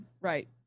Right